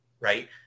right